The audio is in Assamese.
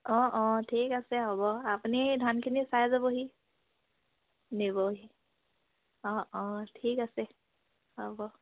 অঁ অঁ ঠিক আছে হ'ব আপুনি ধানখিনি চাই যাবহি নিবহি অঁ অঁ ঠিক আছে হ'ব